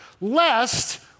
lest